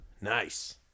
Nice